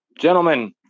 Gentlemen